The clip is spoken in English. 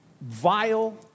vile